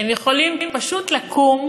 הם יכולים פשוט לקום,